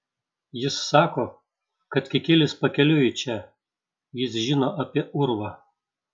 jis sako kad kikilis pakeliui į čia jis žino apie urvą